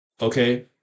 okay